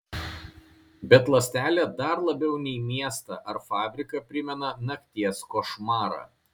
bet ląstelė dar labiau nei miestą ar fabriką primena nakties košmarą